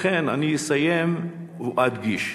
לכן, אני אסיים ואדגיש: